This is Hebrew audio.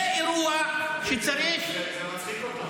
זה אירוע שצריך --- זה מצחיק אותו.